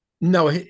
no